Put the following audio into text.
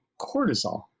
cortisol